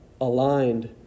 Aligned